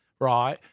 right